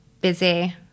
busy